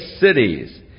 cities